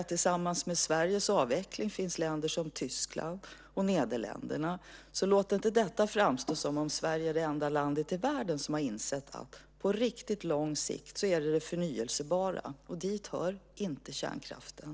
Tillsammans med Sverige avvecklar Tyskland och Nederländerna. Låt det inte framstå som om Sverige är det enda landet i världen som har insett att det viktiga på riktigt lång sikt är det förnybara, och dit hör inte kärnkraften.